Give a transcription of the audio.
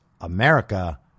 America